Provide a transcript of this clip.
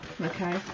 Okay